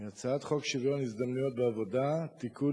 הצעת חוק שוויון ההזדמנויות בעבודה (תיקון,